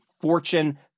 Fortune